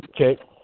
Okay